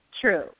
True